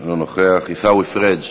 אינו נוכח, עיסאווי פריג'